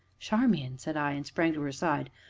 charmian! said i, and sprang to her side.